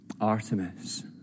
Artemis